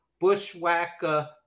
bushwhacker